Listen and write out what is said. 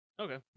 Okay